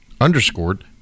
underscored